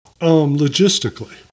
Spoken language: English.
logistically